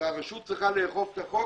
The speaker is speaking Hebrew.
והרשות צריכה לאכוף את החוק,